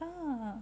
(uh huh)